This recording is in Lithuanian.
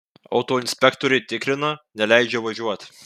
autoinspektoriai tikrina neleidžia važiuot